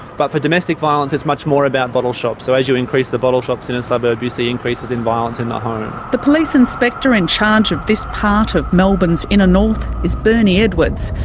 but for domestic violence it's much more about bottle shops, so as you increase the bottle shops in a suburb you see increases in violence in the home. the police inspector in charge of this part of melbourne's inner north is bernie edwards.